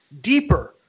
deeper